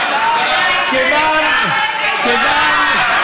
תודה, תודה, תודה.